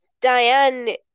Diane